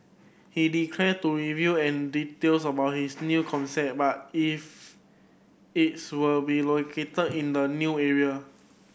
he declined to reveal an details about his new concept about if it's will be located in a new area